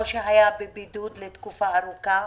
או שהיה בבידוד לתקופה ארוכה,